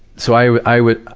so i would,